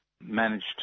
managed